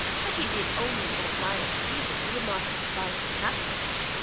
had he been only in a violent fever, you would not have despised him half so much.